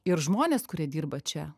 ir žmonės kurie dirba čia